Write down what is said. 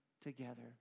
together